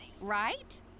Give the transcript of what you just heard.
Right